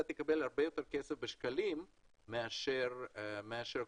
אתה תקבל הרבה יותר כסף בשקלים מאשר קודם,